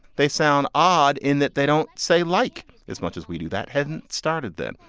they sound odd in that they don't say like as much as we do, that hadn't started then.